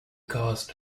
cast